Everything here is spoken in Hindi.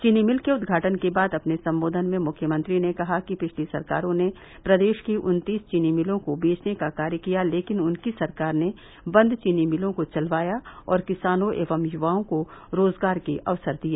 चीनी मिल के उद्घाटन के बाद अपने संबोधन में मुख्यमंत्री ने कहा कि पिछली सरकारों ने प्रदेश की उन्तीस चीनी मिलों को बेचने का कार्य किया लेकिन उनकी सरकार ने बंद चीनी मिलों को चलवाया और किसानों एवं युवाओं को रोजगार के अवसर दिए